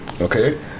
Okay